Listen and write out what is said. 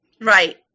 Right